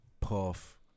Puff